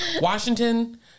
Washington